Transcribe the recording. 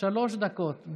שלוש דקות.